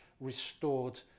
restored